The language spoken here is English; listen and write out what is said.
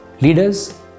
leaders